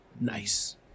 nice